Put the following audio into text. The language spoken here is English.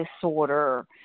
disorder